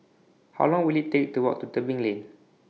How Long Will IT Take to Walk to Tebing Lane